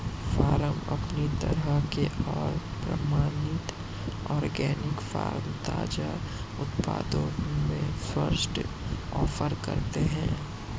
farm अपनी तरह के और प्रमाणित ऑर्गेनिक फ़ार्म ताज़ा उत्पादों में सर्वश्रेष्ठ ऑफ़र करते है